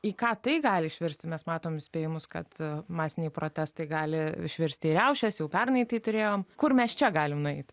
į ką tai gali išversti mes matome spėjimus kad masiniai protestai gali išversti riaušės jau pernai turėjome kur mes čia galime nueiti